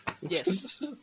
Yes